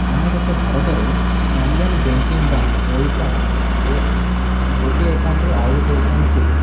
ଆମ ଦେଶ ଭାରତରେ ଅନ୍ଲାଇନ୍ ବ୍ୟାଙ୍କିଙ୍ଗ୍ ବା ପଇସା ଏ ଗୋଟେ ଏକାଉଉଣ୍ଟ୍ରୁ ଆଉ ଗୋଟେ ଏକାଉଣ୍ଟ୍କୁ